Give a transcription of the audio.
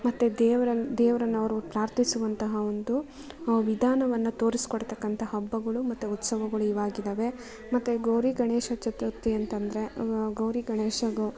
ಮತ್ತು ದೇವ್ರನ್ನ ದೇವ್ರನ್ನವರು ಪ್ರಾರ್ಥಿಸುವಂತಹ ಒಂದು ವಿಧಾನವನ್ನು ತೋರಿಸಿಕೊಡ್ತಕ್ಕಂಥ ಹಬ್ಬಗಳು ಮತ್ತು ಉತ್ಸವಗಳು ಇವಾಗಿದಾವೆ ಮತ್ತೆ ಗೌರಿ ಗಣೇಶ ಚತುರ್ಥಿ ಅಂತಂದ್ರೆ ಗೌರಿ ಗಣೇಶ ಗೌ